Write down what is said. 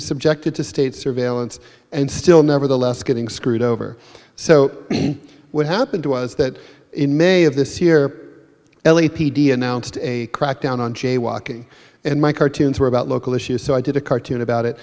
subjected to state surveillance and still nevertheless getting screwed over so what happened was that in may of this year l a p d announced a crackdown on jaywalking and my cartoons were about local issues so i did a cartoon about it